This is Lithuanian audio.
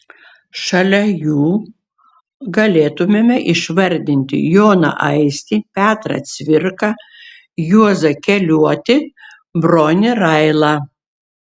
šalia jų galėtumėme išvardinti joną aistį petrą cvirką juozą keliuotį bronį railą